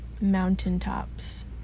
mountaintops